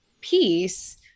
piece